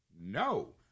no